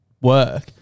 work